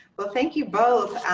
well, thank you, both.